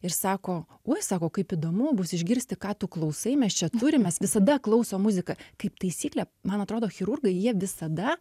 ir sako oi sako kaip įdomu bus išgirsti ką tu klausai mes čia turim mes visada klausom muziką kaip taisyklė man atrodo chirurgai jie visada